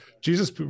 Jesus